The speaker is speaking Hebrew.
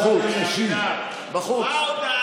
בחוץ, בחוץ.